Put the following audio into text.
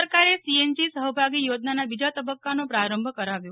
રાજ્ય સરકારે સીએનજી સહભાગી યોજનાના બીજા તબક્કાનો પ્રારંભ કરાવ્યો